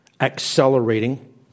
accelerating